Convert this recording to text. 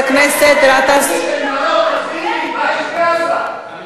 מה יש בעזה?